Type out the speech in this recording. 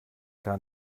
gar